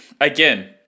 again